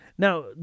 Now